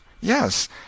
Yes